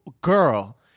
girl